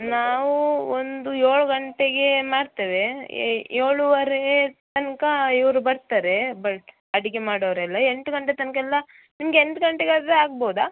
ನಾವು ಒಂದು ಏಳು ಗಂಟೆಗೆ ಮಾಡ್ತೇವೆ ಎ ಏಳೂವರೆ ತನಕ ಇವರು ಬರ್ತಾರೆ ಬ ಅಡುಗೆ ಮಾಡೋರೆಲ್ಲ ಎಂಟು ಗಂಟೆ ತನಕ ಎಲ್ಲ ನಿಮ್ಗೆ ಎಂಟು ಗಂಟೆಗಾದರೆ ಆಗ್ಬೋದಾ